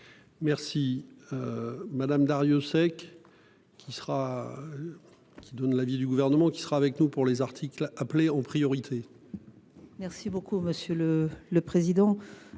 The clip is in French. Merci. Madame Darrieussecq qui sera. Qui donne l'avis du gouvernement qui sera avec nous pour les articles appeler en priorité.-- Merci beaucoup monsieur le le président.